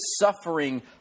suffering